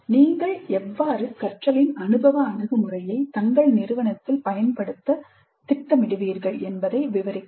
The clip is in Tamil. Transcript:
நீங்கள் எவ்வாறு கற்றலின் அனுபவ அணுகுமுறையை தங்கள் நிறுவனத்தில் பயன்படுத்த திட்டமிடுவீர்கள் என்பதை விவரிக்கவும்